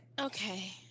Okay